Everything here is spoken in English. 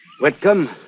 Whitcomb